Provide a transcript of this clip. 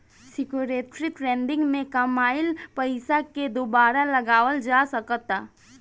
security trading में कामयिल पइसा के दुबारा लगावल जा सकऽता